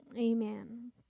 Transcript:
Amen